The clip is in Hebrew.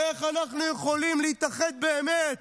איך אנחנו יכולים להתאחד באמת?